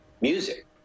music